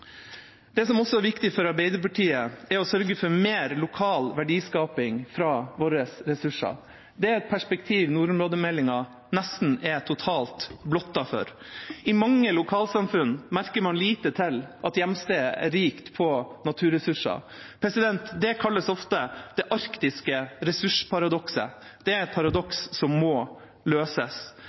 Det som også er viktig for Arbeiderpartiet, er å sørge for mer lokal verdiskaping fra våre ressurser. Det er et perspektiv nordområdemeldinga nesten er totalt blottet for. I mange lokalsamfunn merker man lite til at hjemstedet er rikt på naturressurser. Det kalles ofte det arktiske ressursparadokset. Det er et paradoks som må løses.